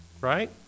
right